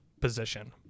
position